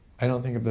i don't think,